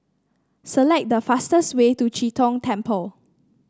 select the fastest way to Chee Tong Temple